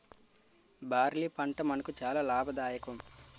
barley పంట మనకు చాలా లాభదాయకం